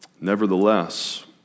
Nevertheless